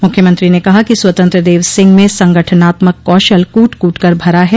मुख्यमंत्री ने कहा कि स्वतंत्र देव सिंह मं संगठनात्मक कौशल कूट कूट कर भरा है